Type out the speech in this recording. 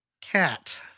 cat